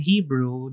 Hebrew